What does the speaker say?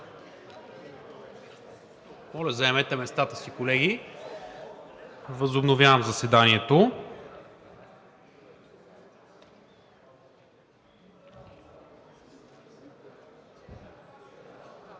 моля, заемете местата си. Възобновявам заседанието.